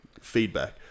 feedback